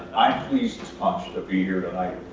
i'm pleased as punch to be here tonight.